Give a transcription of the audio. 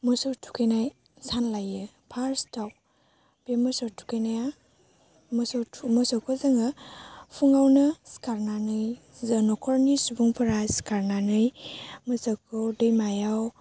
मोसौ थुखैनाय सान लायो पार्स्ट आव बे मोसौ थुखैनाया मोसौ मोसौखौ जोङो फुङावनो सिखारनानै जों न'खरनि सुबुंफोरा सिखारनानै मोसौखौ दैमायाव